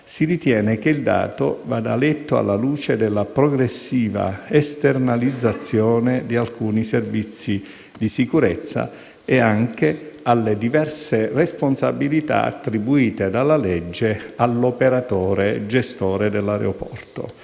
si ritiene che il dato vada letto alla luce della progressiva esternalizzazione di alcuni servizi di sicurezza e anche alle diverse responsabilità attribuite dalla legge all'operatore gestore dell'aeroporto.